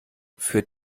führt